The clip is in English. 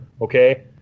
okay